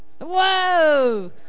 whoa